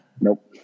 Nope